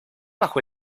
bajo